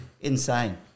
insane